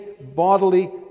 bodily